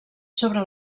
sobre